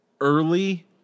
early